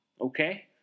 Okay